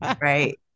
Right